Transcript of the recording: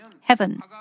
heaven